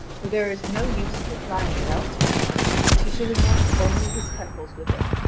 for there is no use of applying it elsewhere she should anoint only his temples with it,